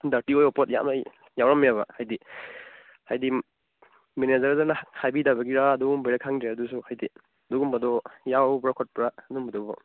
dirty ꯑꯣꯏꯕ ꯄꯣꯠ ꯌꯥꯝꯅ ꯌꯥꯎꯔꯝꯃꯦꯕ ꯍꯥꯏꯗꯤ ꯍꯥꯏꯗꯤ ꯃꯦꯅꯦꯖꯔꯗꯨꯅ ꯍꯥꯏꯕꯤꯗꯕꯒꯤꯔꯥ ꯑꯗꯨꯒꯨꯝꯕꯩꯔꯥ ꯈꯪꯗ꯭ꯔꯦ ꯑꯗꯨꯁꯨ ꯍꯥꯏꯗꯤ ꯑꯗꯨꯒꯨꯝꯕꯗꯣ ꯌꯥꯎꯕ꯭ꯔꯥ ꯈꯣꯠꯄ꯭ꯔꯥ ꯑꯗꯨꯝꯕꯗꯣ